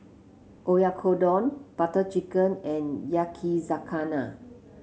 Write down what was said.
Oyakodon Butter Chicken and Yakizakana